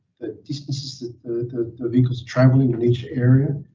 distances the the vehicles travel in each area,